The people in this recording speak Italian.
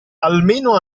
almeno